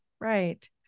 right